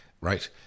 Right